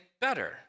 better